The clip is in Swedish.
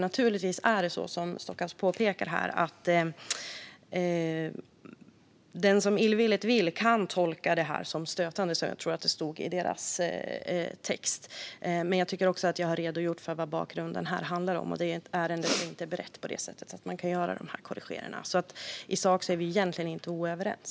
Naturligtvis är det så som Stockhaus påpekar, att den illvillige kan tolka det här som stötande, som jag tror att det stod i deras text. Men jag tycker att jag har redogjort för vad bakgrunden handlar om. Det är ett ärende som inte är berett på det sättet att man kan göra de här korrigeringarna. I sak är vi egentligen inte oöverens.